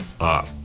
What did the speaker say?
up